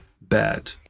bad